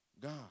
God